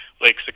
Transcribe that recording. lake